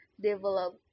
Develop